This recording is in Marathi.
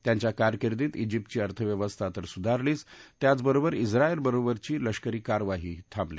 त्यांच्या कारकिर्दीत ाजिप्तची अर्थव्यवस्था तर सुधारलीच त्याचबरोबर उत्रायलबरोबरची लष्करी कारवाईही थांबली